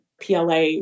PLA